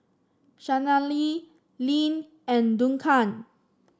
Shanelle Lynn and Duncan